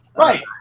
Right